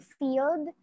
field